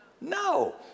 No